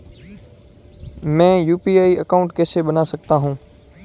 मैं UPI account कैसे बना सकता हूं?